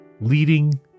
leading